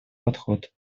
подход